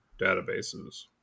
databases